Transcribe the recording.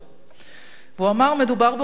הוא אמר: "מדובר בעובדי ציבור,